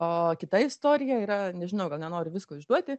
o kita istorija yra nežinau gal nenoriu visko išduoti